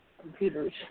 computers